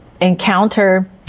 Encounter